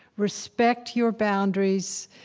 respect your boundaries.